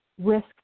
risk